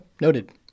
noted